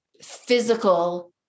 physical